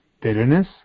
Bitterness